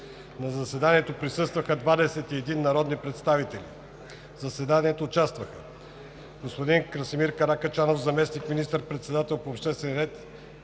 На заседанието присъстваха 21 народни представители. В заседанието участваха: господин Красимир Каракачанов – заместник министър-председател по обществения ред